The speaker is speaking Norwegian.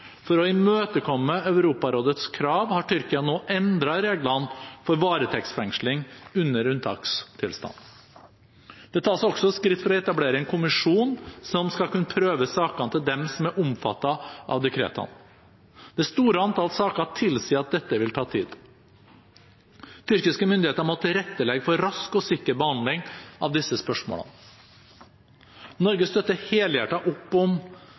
For å imøtekomme Europarådets krav har Tyrkia nå endret reglene for varetektsfengsling under unntakstilstanden. Det tas også skritt for å etablere en kommisjon som skal kunne prøve sakene til dem som er omfattet av dekretene. Det store antall saker tilsier at dette vil ta tid. Tyrkiske myndigheter må tilrettelegge for rask og sikker behandling av disse spørsmålene. Norge støtter helhjertet opp om